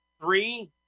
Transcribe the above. three